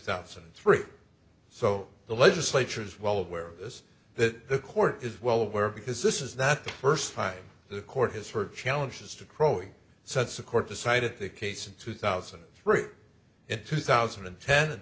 thousand and three so the legislature is well aware of this that the court is well aware because this is not the first time the court has heard challenges to crowing since the court decided the case in two thousand and three and two thousand and ten